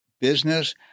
business